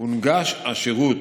הונגש השירות